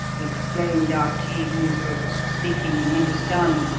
exclaimed arjeeb noosrut, speaking in hindustani,